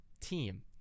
team